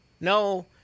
No